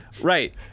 Right